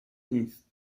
نیست